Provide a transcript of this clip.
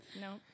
no